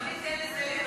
לא ניתן לזה לקרות.